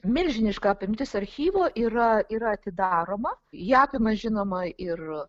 milžiniška apimtis archyvo yra yra atidaroma ją apima žinoma ir